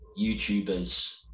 YouTubers